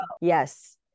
yes